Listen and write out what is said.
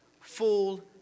full